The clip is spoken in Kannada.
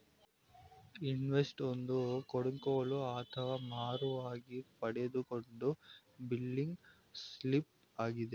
ಇನ್ವಾಯ್ಸ್ ಅನ್ನೋದು ಒಂದು ಕೊಂಡುಕೊಳ್ಳೋ ಅಥವಾ ಮಾರುವಾಗ ಪಡೆದುಕೊಂಡ ಬಿಲ್ಲಿಂಗ್ ಸ್ಲಿಪ್ ಆಗಿದೆ